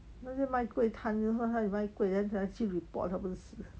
那些卖 kueh 摊就说她有卖 kueh then 等下去 report 她不是死